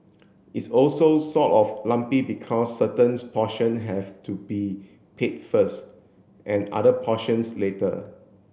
it's also sort of lumpy because certains portions have to be paid first and other portions later